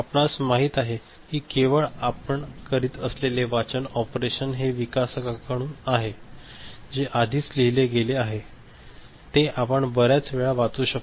आपणास माहित आहे की केवळ आपण करीत असलेले वाचन ऑपरेशन हे विकसकाकडून आहे जे आधीच लिहिले गेले आहे ते आपण बर्याच वेळा वाचू शकतो